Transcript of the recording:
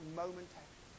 momentary